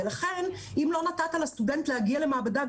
ולכן אם לא נתת לסטודנט להגיע למעבדה,